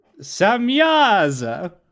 Samyaza